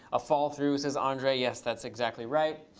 a fall-through, says andrej. yes, that's exactly right.